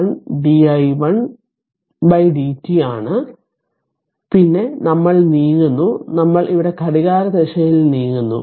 5 di1 dt ആണ് പിന്നെ നമ്മൾ നീങ്ങുന്നു നമ്മൾ ഇവിടെ ഘടികാരദിശയിലേക്ക് നീങ്ങുന്നു